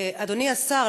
אדוני השר,